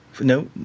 No